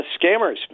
scammers